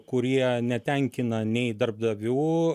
kurie netenkina nei darbdavių